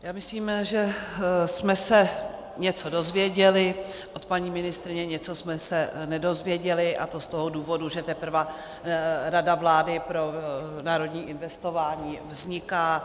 Já myslím, že jsme se něco dozvěděli od paní ministryně, něco jsme se nedozvěděli, a to z toho důvodu, že teprve Rada vlády pro národní investování vzniká.